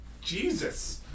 Jesus